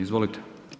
Izvolite.